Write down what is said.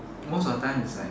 most of the time is like